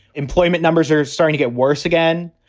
employment numbers are starting to get worse again.